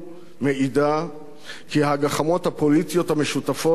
מעידה כי הגחמות הפוליטיות המשותפות לכם